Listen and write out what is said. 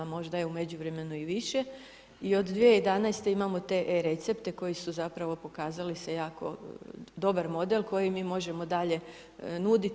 Možda je u međuvremenu i više i od 2011. imamo te e-recepte koji su zapravo pokazali se jako dobar model koji mi možemo dalje nuditi.